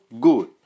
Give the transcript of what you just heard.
good